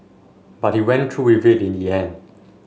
but he went through with it in the end